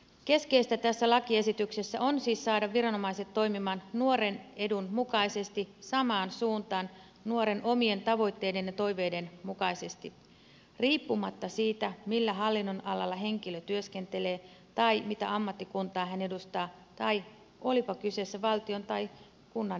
keskeistä tässä lakiesityksessä on siis saada viranomaiset toimimaan nuoren edun mukaisesti samaan suuntaan nuoren omien tavoitteiden ja toiveiden mukaisesti riippumatta siitä millä hallinnonalalla henkilö työskentelee tai mitä ammattikuntaa hän edustaa tai siitä oliko kyseessä valtion tai kunnan virkamies